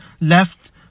left